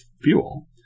fuel